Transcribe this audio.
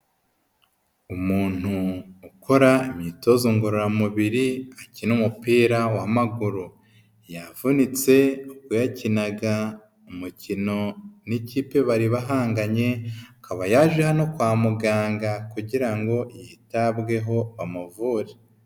Umuntu ukora imyitozo ngororamubiri akina umupira w'amaguru, yavunitse ubwo yakinaga umukino n'ikipe bari bahanganye, akaba yaje hano kwa muganga kugira ngo yitabweho bamavure.